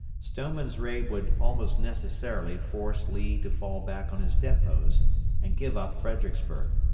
stoneman's raid would almost necessarily force lee to fall back on his depots and give up fredericksburg.